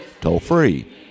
toll-free